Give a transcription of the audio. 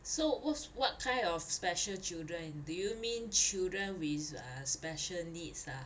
so w~ what kind of special children do you mean children with uh special needs ah